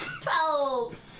Twelve